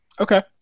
Okay